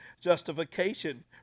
justification